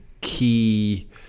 key